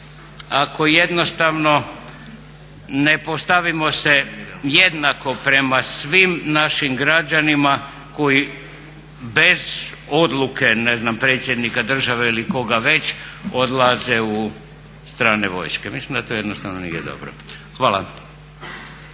ako jednostavno ne postavimo se jednako prema svim našim građanima koji bez odluke predsjednika države ili koga već odlaze u strane vojske. Mislim da to jednostavno nije dobro. Hvala.